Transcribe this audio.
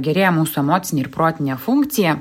gerėja mūsų emocinė ir protinė funkcija